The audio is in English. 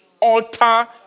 Alter